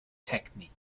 technique